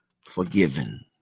forgiven